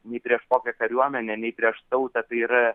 nei prieš kokią kariuomenę nei prieš tautą tai yra